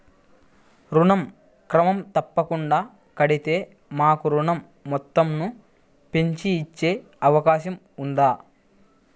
ఋణం క్రమం తప్పకుండా కడితే మాకు ఋణం మొత్తంను పెంచి ఇచ్చే అవకాశం ఉందా?